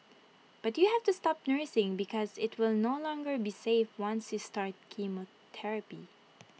but you have to stop nursing because IT will no longer be safe once you start chemotherapy